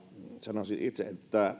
sanoisin itse että